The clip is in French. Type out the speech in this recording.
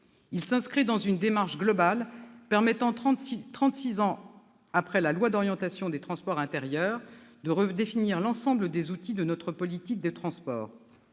Il s'inscrit dans une démarche globale permettant, trente-six ans après la loi d'orientation sur les transports intérieurs, de redéfinir l'ensemble des outils de notre politique de transport.